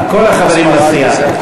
כל החברים לסיעה.